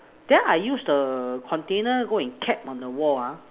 then I use the container go and kept on the wall ah